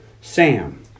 Sam